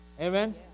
Amen